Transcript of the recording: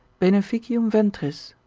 beneficium ventris,